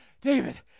David